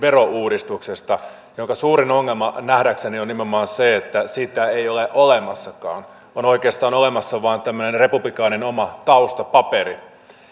verouudistuksesta jonka suurin ongelma nähdäkseni on nimenomaan se että sitä ei ole olemassakaan on oikeastaan olemassa vain tämmöinen republikaanien oma taustapaperi